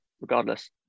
regardless